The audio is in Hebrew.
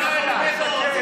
חבר הכנסת שטרן,